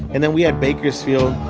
and then we had bakersfield.